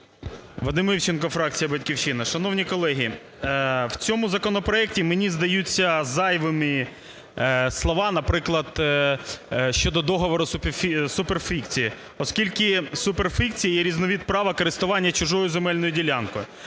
Вадим Івченко, фракція "Батьківщина". Шановні колеги, в цьому законопроекті мені здаються зайвими, наприклад, щодо договору суперфіцій, оскільки суперфіцій є різновид права користування чужою земельною ділянкою.